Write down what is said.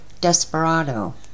Desperado